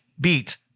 beat